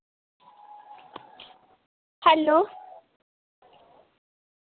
hello